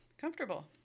comfortable